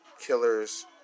killers